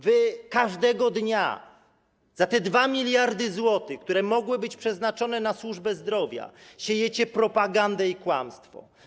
Wy każdego dnia za te 2 mld zł, które mogły być przeznaczone na służbę zdrowia, siejecie propagandę i kłamstwo.